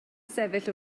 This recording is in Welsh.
sefyll